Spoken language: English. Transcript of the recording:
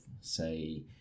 say